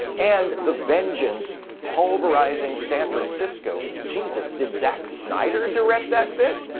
and the vengeance pulverizing san francisco jesus, did zack snyder direct that bit?